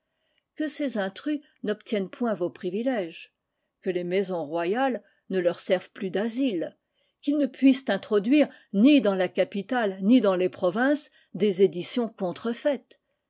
que ces intrus n'obtiennent point vos privilèges que les maisons royales ne leur servent plus d'asile qu'ils ne puissent introduire ni dans la capitale ni dans les provinces des éditions contrefaites